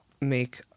make